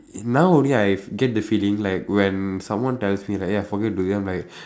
now only I fe~ get the feeling like when someone tells me like ya I forget today I'm like